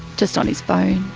just on his phone.